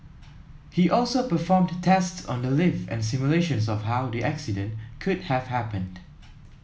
he also performed tests on the lift and simulations of how the accident could have happened